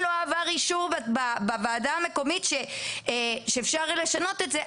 לא עבר אישור בוועדה המקומית שאפשר לשנות את זה,